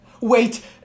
Wait